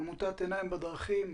עמותת עיניים בדרכים.